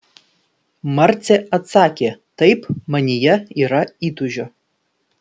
marcė atsakė taip manyje yra įtūžio